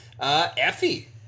Effie